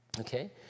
okay